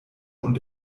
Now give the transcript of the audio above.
und